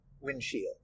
windshield